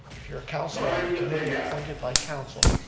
if you're a councilor on a committee appointed by council,